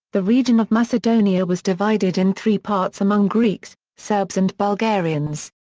the region of macedonia was divided in three parts among greeks, serbs and bulgarians.